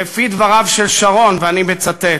שלפי דבריו של שרון, ואני מצטט: